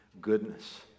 goodness